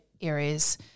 areas